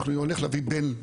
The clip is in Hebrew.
אני הולך להביא בן.